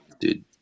dude